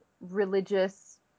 religious